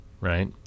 right